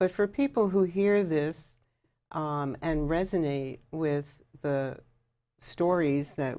but for people who hear this and resonate with the stories that